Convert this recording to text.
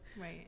Right